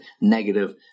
negative